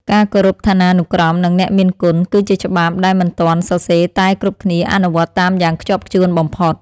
ការគោរពឋានានុក្រមនិងអ្នកមានគុណ គឺជាច្បាប់ដែលមិនទាន់សរសេរតែគ្រប់គ្នាអនុវត្តតាមយ៉ាងខ្ជាប់ខ្ជួនបំផុត។